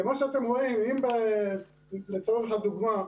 כלומר, לצורך הדוגמה,